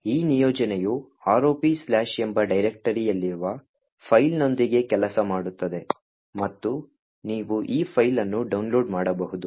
ಆದ್ದರಿಂದ ಈ ನಿಯೋಜನೆಯು ROP ಎಂಬ ಡೈರೆಕ್ಟರಿಯಲ್ಲಿರುವ ಫೈಲ್ನೊಂದಿಗೆ ಕೆಲಸ ಮಾಡುತ್ತದೆ ಮತ್ತು ನೀವು ಈ ಫೈಲ್ ಅನ್ನು ಡೌನ್ಲೋಡ್ ಮಾಡಬಹುದು